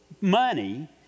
money